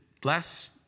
bless